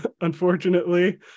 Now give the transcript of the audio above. unfortunately